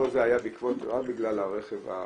כל זה היה רק בגלל הרכב הקטן,